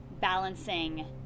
balancing